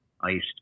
iced